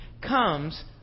comes